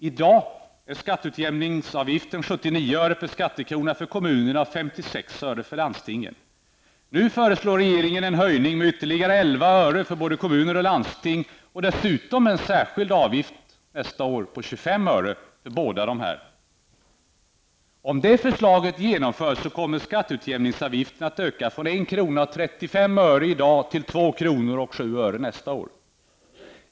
I dag är skatteutjämningsavgiften 79 öre per skattekrona för kommunerna och 56 öre för landstingen. Nu föreslår regeringen en höjning med ytterligare 11 öre för både kommuner och landsting och dessutom en särskild avgift för nästa år på 25 öre för både kommuner och landsting. Om det förslaget genomförs kommer skatteutjämningsavgiften att öka från 1 kr. och 35 öre i dag till 2 kr. och 7 öre nästa år.